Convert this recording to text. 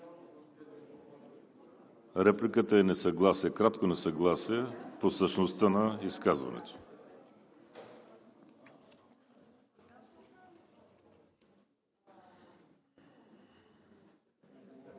Репликата е кратко несъгласие по същността на изказването.